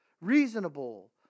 reasonable